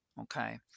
Okay